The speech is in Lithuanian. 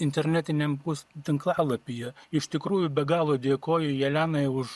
internetiniam pus tinklalapyje iš tikrųjų be galo dėkoju jelenai už